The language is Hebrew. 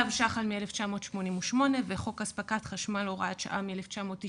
צו שח"ל מ- 1988 וצו הספקת חשמל (הוראת שעה) מ- 1996